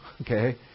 Okay